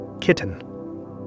kitten